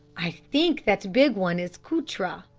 i think that big one is cutra,